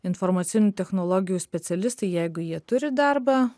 informacinių technologijų specialistai jeigu jie turi darbą